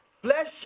Flesh